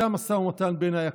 זה המשא ומתן בעיניי,